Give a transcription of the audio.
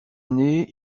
année